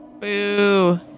Boo